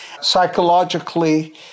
Psychologically